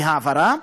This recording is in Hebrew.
בהעברה.